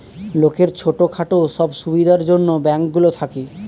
লোকের ছোট খাটো সব সুবিধার জন্যে ব্যাঙ্ক গুলো থাকে